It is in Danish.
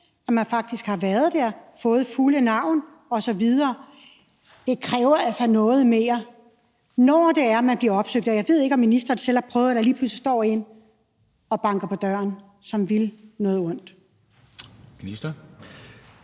at man faktisk har været der og har fået det fulde navn osv. Det kræver altså noget mere, for at man bliver opsøgt. Jeg ved ikke, om ministeren selv har prøvet, at der lige pludselig står en og banker på døren, som vil noget ondt. Kl.